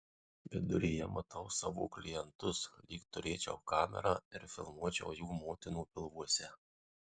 viduryje matau savo klientus lyg turėčiau kamerą ir filmuočiau jų motinų pilvuose